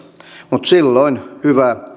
mutta silloin hyvä